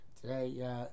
Today